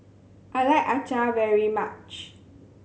I like Acar very much